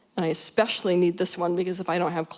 i especially need this one, because if i don't have.